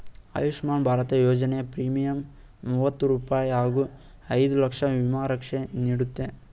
ಆಯುಷ್ಮಾನ್ ಭಾರತ ಯೋಜನೆಯ ಪ್ರೀಮಿಯಂ ಮೂವತ್ತು ರೂಪಾಯಿ ಹಾಗೂ ಐದು ಲಕ್ಷ ವಿಮಾ ರಕ್ಷೆ ನೀಡುತ್ತೆ